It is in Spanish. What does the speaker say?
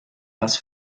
las